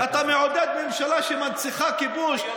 אתה מעודד ממשלה שמנציחה כיבוש,